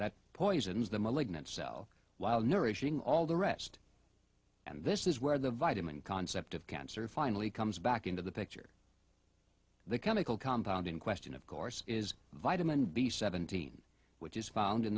that poisons the malignant cell while nourishing all the rest and this is where the vitamin concept of cancer finally comes back into the picture the chemical compound in question of course is vitamin b seventeen which is found in